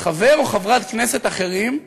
חבר או חברת כנסת אחרים,